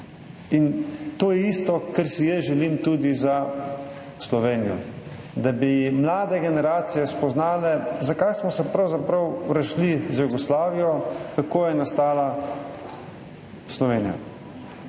In to je isto, kar si jaz želim tudi za Slovenijo – da bi mlade generacije spoznale, zakaj smo se pravzaprav razšli z Jugoslavijo, kako je nastala Slovenija.